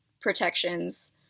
protections